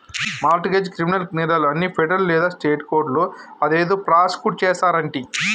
mart గెజ్, criminal నేరాలు అన్ని federal లేదా స్టేట్ కోర్టులో అదేదో ప్రాసుకుట్ చేస్తారంటి